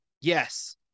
yes